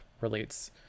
relates